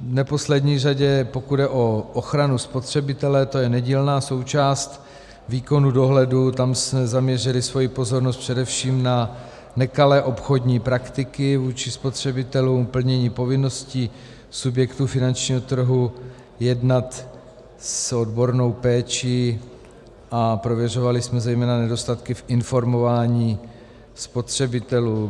v neposlední řadě pokud jde o ochranu spotřebitele, to je nedílná součást výkonu dohledu, tam jsme zaměřili svoji pozornost především na nekalé obchodní praktiky vůči spotřebitelům, plnění povinností subjektů finančního trhu jednat s odbornou péčí, a prověřovali jsme zejména nedostatky v informování spotřebitelů.